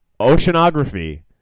oceanography